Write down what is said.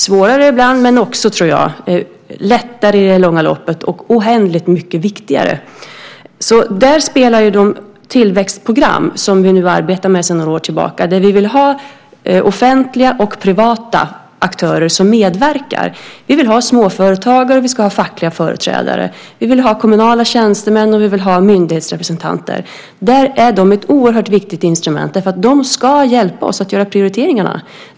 Det är ibland svårare men också lättare i det långa loppet och oändligt mycket viktigare. Där spelar de tillväxtprogram som vi nu arbetar med sedan några år tillbaka en roll. Vi vill ha offentliga och privata aktörer som medverkar. Vi vill ha småföretagare, och vi ska ha fackliga företrädare. Vi vill ha kommunala tjänstemän, och vi vill ha myndighetsrepresentanter. De är ett oerhört viktigt instrument. De ska hjälpa oss att göra prioriteringarna.